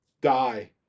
die